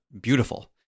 beautiful